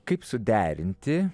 kaip suderinti